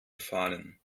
gefallen